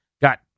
got